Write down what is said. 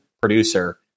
producer